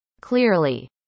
clearly